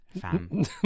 fam